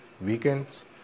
weekends